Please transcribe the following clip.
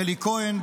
אלי כהן,